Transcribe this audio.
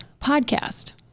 podcast